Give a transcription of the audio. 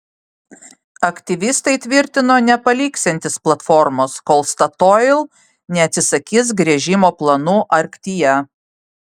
aktyvistai tvirtino nepaliksiantys platformos kol statoil neatsisakys gręžimo planų arktyje